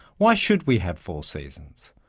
why should we have four seasons?